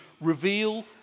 reveal